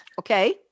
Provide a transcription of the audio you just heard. Okay